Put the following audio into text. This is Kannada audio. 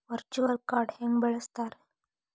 ವರ್ಚುಯಲ್ ಕಾರ್ಡ್ನ ಹೆಂಗ ಬಳಸ್ತಾರ?